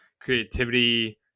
creativity